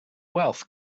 wealth